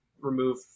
remove